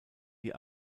die